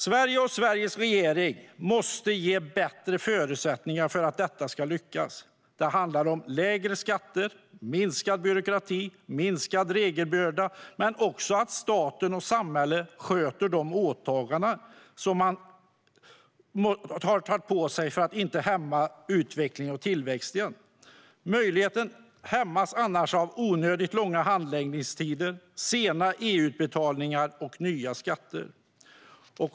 Sveriges regering måste ge bättre förutsättningar för att detta ska lyckas. Det handlar om lägre skatter, minskad byråkrati, minskad regelbörda och att staten och samhället sköter de åtaganden som man tar på sig för att inte hämma utvecklingen och tillväxten. Möjligheten hämmas annars av onödigt långa handläggningstider, sena EU-utbetalningar och nya skatter.